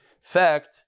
fact